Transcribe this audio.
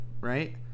right